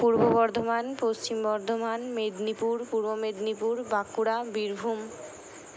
পূর্ব বর্ধমান পশ্চিম বর্ধমান মেদিনীপুর পূর্ব মেদিনীপুর বাঁকুড়া বীরভূম